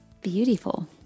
beautiful